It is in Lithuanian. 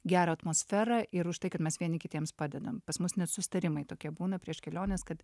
gerą atmosferą ir už tai kad mes vieni kitiems padedam pas mus net susitarimai tokie būna prieš keliones kad